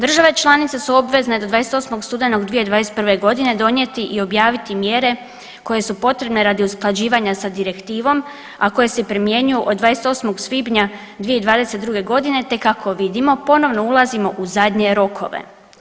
Države članice su obvezne do 28. studenog 2021. godine donijeti i objaviti mjere koje su potrebne radi usklađivanja sa direktivom, a koje se primjenjuju od 28. svibnja 2022. godine, te kako vidimo ponovno ulazimo u zadnje rokove.